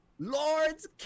Lords